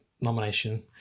nomination